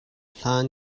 hlan